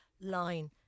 line